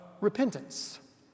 repentance